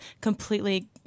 completely